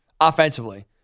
offensively